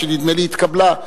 שנדמה לי התקבלה,